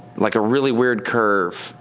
like a really weird curve,